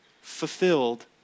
fulfilled